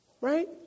Right